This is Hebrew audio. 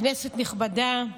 כנסת נכבדה,